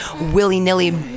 willy-nilly